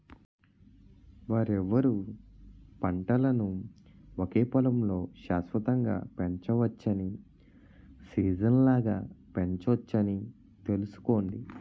వేర్వేరు పంటలను ఒకే పొలంలో శాశ్వతంగా పెంచవచ్చని, సీజనల్గా పెంచొచ్చని తెలుసుకోండి